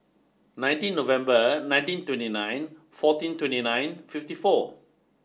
nineteen November nineteen twenty nine fourteen twenty nine fifty four